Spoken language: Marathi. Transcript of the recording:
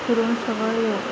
तिकडून परत येऊ